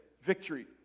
victory